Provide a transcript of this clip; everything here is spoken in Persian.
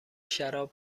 شراب